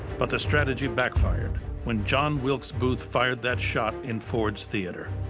but the strategy backfired when john wilkes booth's fired that shot in ford's theater.